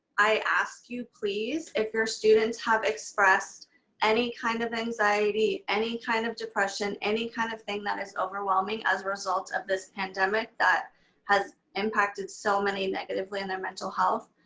i ask you please, if your students have expressed any kind of anxiety, any kind of depression, any kind of thing that is overwhelming as a result of this pandemic that has impacted so many negatively and their mental health,